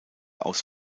aus